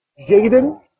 Jaden